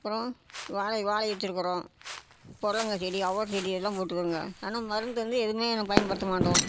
அப்புறோம் வாழை வாழை வெச்சுருக்கறோம் புடலங்கா செடி அவரை செடி எல்லாம் போட்டுருக்கங்க ஆனால் மருந்து வந்து எதுவுமே நான் பயன்படுத்த மாட்டோம்